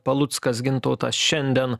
paluckas gintautas šiandien